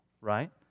right